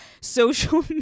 social